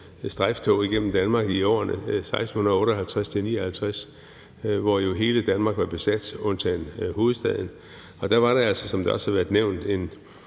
strejftog igennem Danmark i årene 1658-59, hvor hele Danmark jo var besat, undtagen hovedstaden, og der var der altså, som det også har været nævnt,